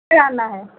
क्या कराना है